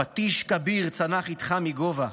/ פטיש כביר צנח איתך מגובה,